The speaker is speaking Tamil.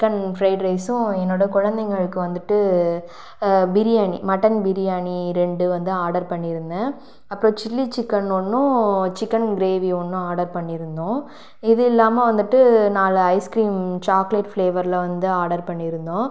சிக்கன் ஃப்ரைட் ரைஸும் என்னோடய குழந்தைங்களுக்கு வந்துவிட்டு பிரியாணி மட்டன் பிரியாணி ரெண்டு வந்து ஆடர் பண்ணியிருந்தேன் அப்றம் சில்லி சிக்கன் ஒன்றும் சிக்கன் க்ரேவி ஒன்றும் ஆடர் பண்ணியிருந்தோம் இதில்லாமல் வந்துவிட்டு நாலு ஐஸ்க்ரீம் சாக்லேட் ஃப்ளேவரில் வந்து ஆடர் பண்ணியிருந்தோம்